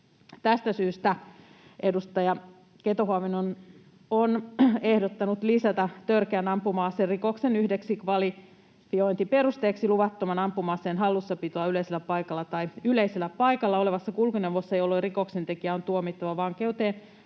Tästä syystä edustaja Keto-Huovinen on ehdottanut lisätä törkeän ampuma-aserikoksen yhdeksi kvalifiointiperusteeksi luvattoman ampuma-aseen hallussapidon yleisellä paikalla tai yleisellä paikalla olevassa kulkuneuvossa, jolloin rikoksentekijä on tuomittava vankeuteen